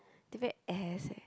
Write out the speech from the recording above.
they very ass leh